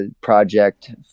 project